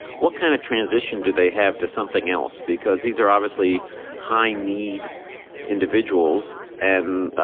what kind of transition do they have to something else? because these are obviously high need individuals and